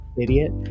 Idiot